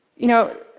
you know,